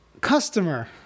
customer